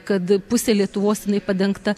kad pusė lietuvos jinai padengta